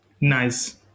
nice